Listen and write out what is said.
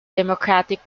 democratic